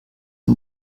dem